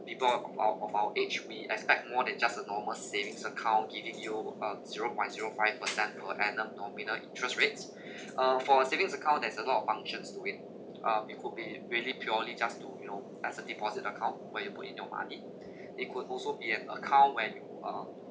people of our of our age we expect more than just a normal savings account giving you uh zero point zero five percent per annum nominal interest rates uh for a savings account there is a lot of functions to it uh it could be really purely just to you know as a deposit account where you put in your money it could also be an account when you uh